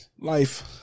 life